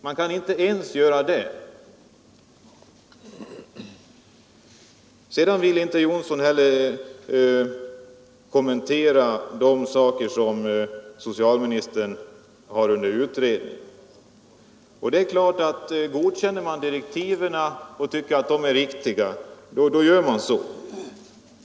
Man kan inte ens göra det. Herr Johnsson ville inte kommentera de saker som socialministern har under utredning. Ja, om man tycker att direktiven är riktiga, då gör man så.